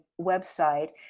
website